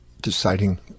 deciding